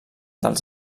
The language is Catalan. dels